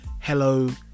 hello